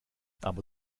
aber